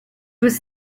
was